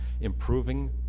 improving